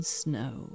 snow